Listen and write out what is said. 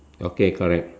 okay correct